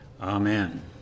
Amen